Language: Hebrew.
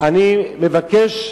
אני מבקש,